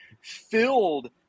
filled